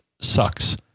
sucks